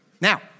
Now